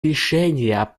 решения